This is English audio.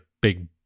big